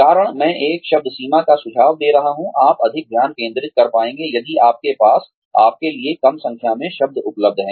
कारण मैं एक शब्द सीमा का सुझाव दे रहा हूं आप अधिक ध्यान केंद्रित कर पाएंगे यदि आपके पास आपके लिए कम संख्या में शब्द उपलब्ध हैं